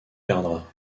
perdra